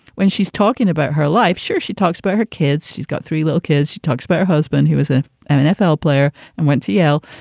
when she's talking about her life. sure. she talks about her kids. she's got three little kids. she talks about her husband, who is an um nfl player and went to yale.